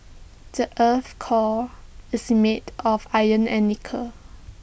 the Earth's core is made of iron and nickel